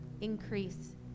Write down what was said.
increase